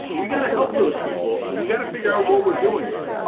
we got to help those people and we got to figure out what we're doing here.